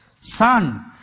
Son